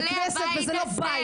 זו כנסת וזה לא בית.